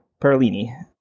Parolini